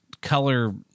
color